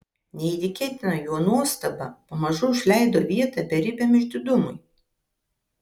neįtikėtina jo nuostaba pamažu užleido vietą beribiam išdidumui